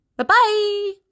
Bye-bye